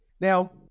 Now